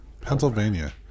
Pennsylvania